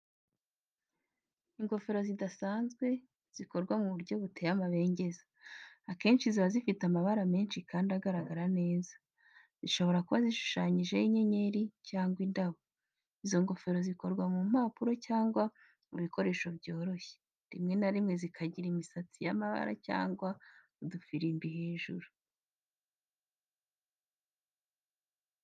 Ingofero zidasanzwe, zikorwa mu buryo buteye amabengeza, akenshi ziba zifite amabara menshi kandi agaragara neza, zishobora kuba zishushanyijeho inyenyeri cyangwa indabo. Izo ngofero zikorwa mu mpapuro cyangwa mu bikoresho byoroshye, rimwe na rimwe zikagira imisatsi y'amabara cyangwa udufirimbi hejuru.